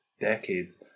decades